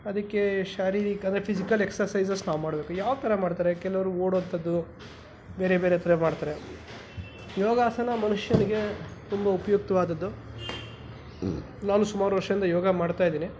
ಅದಕ್ಕೆ ಶಾರೀರಿಕ ಅಂದರೆ ಫಿಸಿಕಲ್ ಎಕ್ಸಸೈಸಸ್ ನಾವು ಮಾಡಬೇಕು ಯಾವ ಥರ ಮಾಡ್ತಾರೆ ಕೆಲವರು ಓಡೋ ಅಂಥದ್ದು ಬೇರೆ ಬೇರೆ ಥರ ಮಾಡ್ತಾರೆ ಯೋಗಾಸನ ಮನುಷ್ಯನಿಗೆ ತುಂಬ ಉಪಯುಕ್ತವಾದದ್ದು ನಾನು ಸುಮಾರು ವರ್ಷದಿಂದ ಯೋಗ ಮಾಡ್ತಾ ಇದ್ದೀನಿ